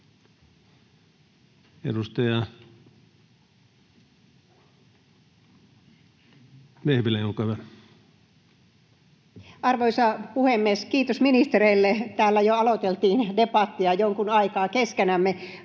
Edustaja Vehviläinen, olkaa hyvä. Arvoisa puhemies! Kiitos ministereille. Täällä jo aloiteltiin debattia jonkun aikaa keskenämme.